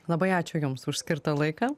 labai ačiū jums už skirtą laiką